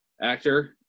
actor